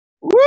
Woo